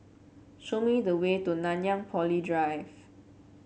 show me the way to Nanyang Poly Drive